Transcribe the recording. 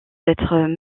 d’être